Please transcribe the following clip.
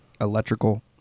electrical